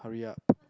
hurry up